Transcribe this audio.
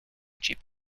chip